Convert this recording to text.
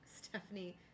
Stephanie